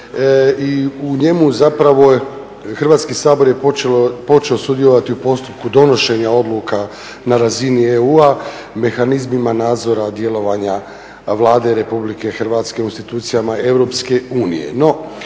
U njemu zapravo Hrvatski sabor je počeo sudjelovati u postupku donošenja odluka na razini EU, mehanizmima nadzora djelovanja Vlade RH u institucijama EU.